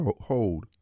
hold